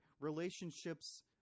relationships